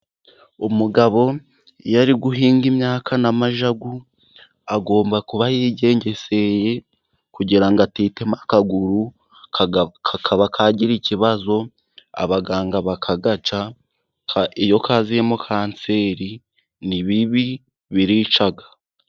Umugabo iyo ari guhinga imyaka n'amajagu, agomba kuba yigengeseye, kugira ngo atitema akaguru kakaba kagira ikibazo abaganga bakagaca, iyo kaziyemo kanseri ni bibi birica.